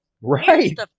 Right